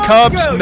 Cubs